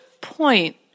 point